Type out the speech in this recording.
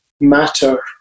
matter